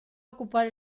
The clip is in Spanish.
ocupar